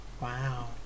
Wow